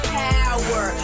power